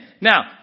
Now